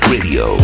Radio